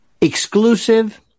exclusive